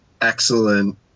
excellent